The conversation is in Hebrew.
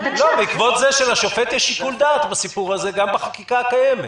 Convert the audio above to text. בעקבות זה שלשופט יש שיקול דעת גם בחקיקה הקיימת.